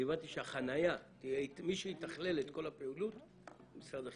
אני אמרתי שמי שיתכלל את כל הפעילות זה משרד החינוך.